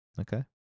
Okay